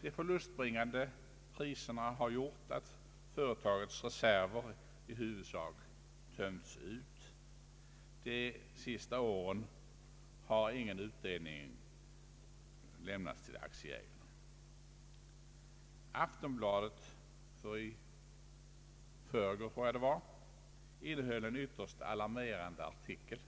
De förlustbringande priserna har medfört att företagets reserver i huvudsak uttömts; de senaste åren har ingen utdelning lämnats till aktieägarna. Aftonbladet för i förrgår innehöll en ytterst alarmerande artikel